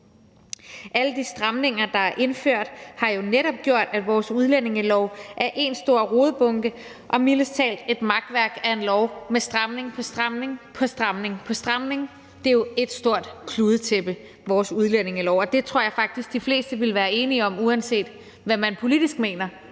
Alle de stramninger, der er indført, har jo netop gjort, at vores udlændingelov er en stor rodebunke og mildest talt et makværk af en lov med stramning på stramning på stramning. Vores udlændingelov er jo et stort kludetæppe, og det tror jeg faktisk de fleste er enige om, uanset hvad man politisk mener